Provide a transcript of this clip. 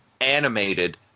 animated